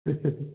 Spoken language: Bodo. बेसे